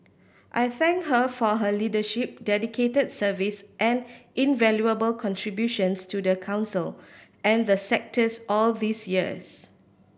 I thank her for her leadership dedicated service and invaluable contributions to the Council and the sectors all these years